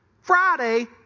Friday